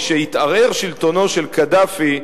משהתערער שלטונו של קדאפי,